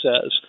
says